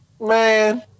man